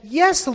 yes